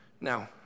Now